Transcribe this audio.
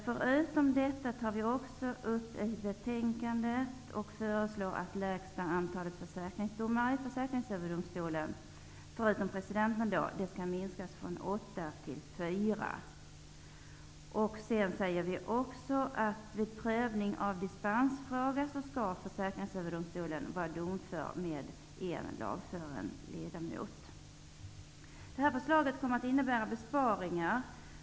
Förutom detta föreslår vi att antalet försäkringsdomare i Försäkringsöverdomstolen, förutom presidenten, skall minskas från åtta till fyra. Vidare föreslår vi att Försäkringsöverdomstolen vid prövning av dispensärenden skall vara domför med en lagfaren ledamot. Det här förslaget kommer att innebära besparingar.